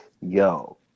yo